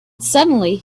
suddenly